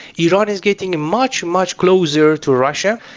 iran is getting ah much, much closer to russia.